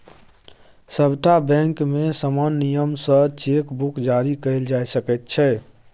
सभटा बैंकमे समान नियम सँ चेक बुक जारी कएल जा सकैत छै